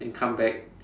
then come back